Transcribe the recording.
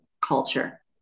culture